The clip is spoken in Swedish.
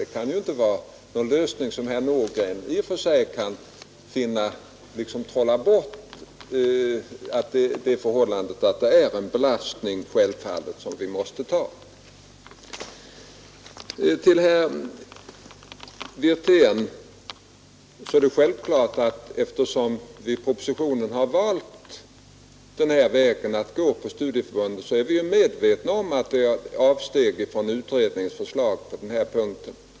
Det kan väl inte vara någon lösning som tilltalar herr Nordgren — på det sättet kan man inte trolla bort det faktum att detta är en belastning, som vi självfallet måste ta. Till herr Wirtén vill jag säga att vi är medvetna om att förslaget när det gäller studieförbunden innebär ett avsteg från utredningens förslag.